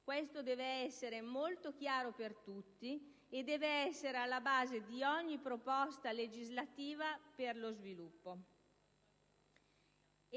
questo deve essere molto chiaro per tutti e deve essere alla base di ogni proposta legislativa per lo sviluppo.